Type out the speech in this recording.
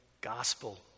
gospel